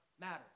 matter